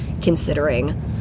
Considering